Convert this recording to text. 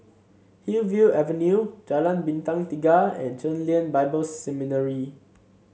Hillview Avenue Jalan Bintang Tiga and Chen Lien Bible Seminary